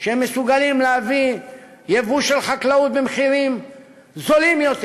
שהם מסוגלים להביא יבוא של חקלאות במחירים נמוכים יותר.